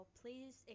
please